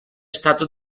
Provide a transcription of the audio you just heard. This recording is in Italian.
stato